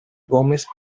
gómez